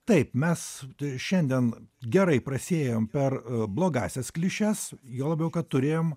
taip mes šiandien gerai prasiėjom per blogąsias klišes juo labiau kad turėjom